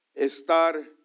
estar